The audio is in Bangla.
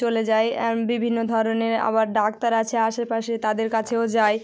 চলে যাই আর বিভিন্ন ধরনের আবার ডাক্তার আছে আশেপাশে তাদের কাছেও যাই